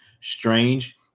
Strange